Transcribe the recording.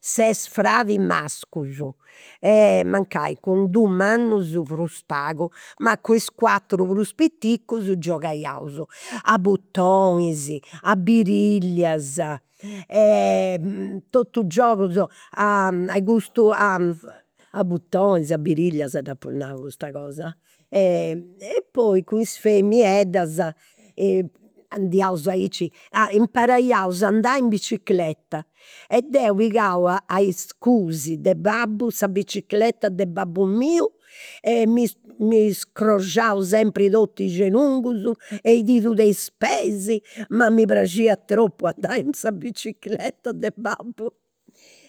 Ses fradis mascus e, mancai cun dus mannus prus pagu, ma cun is cuatru prus piticus giogaiaus. A butonis, a birillias, totus giogus, a i custu a buttonis a birillias dd'apu nau custa cosa. E poi cun is femieddas andiaus aici, imparaiaus andai in bicicreta e deu pigau, a iscusi de babbu, sa bicicreta de babbu miu e mi mi scroxiau sempri totu i' genugus e i didus de is peis. Ma mi praxiat tropu andai in sa bicicreta de babbu.